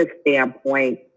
standpoint